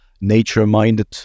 nature-minded